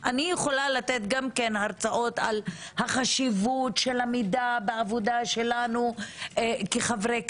אני יכולה גם לתת הרצאות על החשיבות של המידע בעבודה שלנו כחברי כנסת.